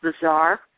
bizarre